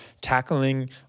tackling